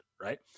right